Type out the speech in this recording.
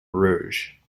rouge